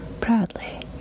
proudly